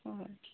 হয়